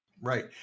Right